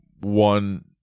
one